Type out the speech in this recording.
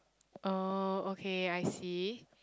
oh okay I see